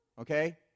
Okay